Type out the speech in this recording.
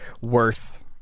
worth